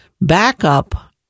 backup